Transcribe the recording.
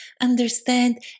understand